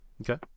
Okay